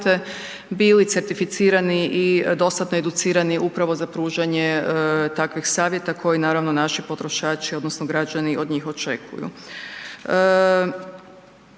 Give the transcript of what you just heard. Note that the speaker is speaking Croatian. bili certificirani i dostatno educirani upravo za pružanje takvih savjeta koji naravno, naši potrošači odnosno građani od njih očekuju.